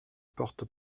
porte